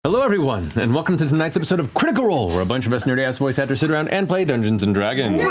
hello everyone, and welcome to tonight's episode of critical role, where a bunch of us nerdy-ass voice actors sit around and play dungeons and dragons.